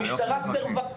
המשטרה סירבה.